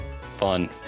Fun